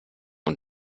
und